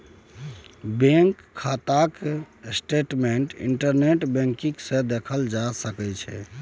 bank खाताक statement internet banking सँ देखल जा सकै छै